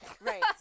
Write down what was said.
Right